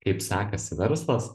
kaip sekasi verslas